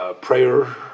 prayer